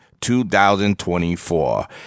2024